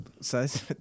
Size